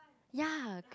ya